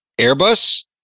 Airbus